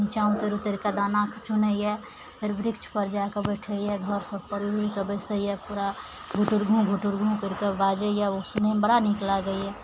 निच्चा उतरि उतरिके दाना चुनइए फेर वृक्षपर जाकर बैठइए घर सभपर उड़ि उड़िके बैसय पूरा गुटरगूँ गुटरगूँ करिके बाजइए ओ सुनयमे बड़ा नीक लागइए